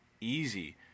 easy